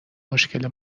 مشکل